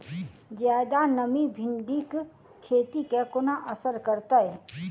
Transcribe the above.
जियादा नमी भिंडीक खेती केँ कोना असर करतै?